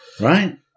right